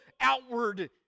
outward